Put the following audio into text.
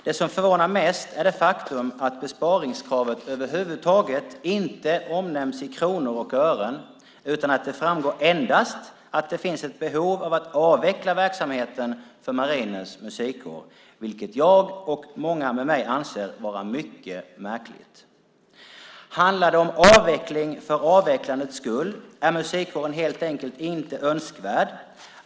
Det som förvånar mest är det faktum att besparingskravet över huvud taget inte omnämns i kronor och ören. Det framgår endast att det finns ett behov av att avveckla verksamheten för Marinens musikkår, vilket jag och många med mig anser vara mycket märkligt. Handlar det om avveckling för avvecklandets skull? Är musikkåren helt enkelt inte önskvärd?